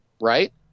right